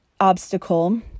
obstacle